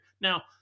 Now